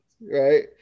Right